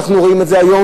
אנחנו רואים את זה היום,